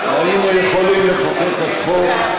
היינו יכולים לחוקק אז חוק,